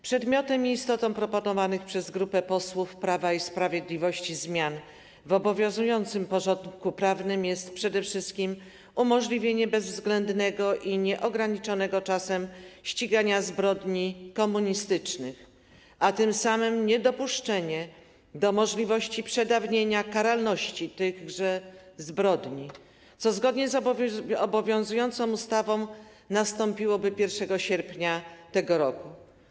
Przedmiotem i istotą proponowanych przez grupę posłów Prawa i Sprawiedliwości zmian w obowiązującym porządku prawnym jest przede wszystkim umożliwienie bezwzględnego i nieograniczonego czasem ścigania zbrodni komunistycznych, a tym samym niedopuszczenie do możliwości przedawnienia karalności tychże zbrodni, co zgodnie z obowiązującą ustawą nastąpiłoby 1 sierpnia tego roku.